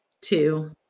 two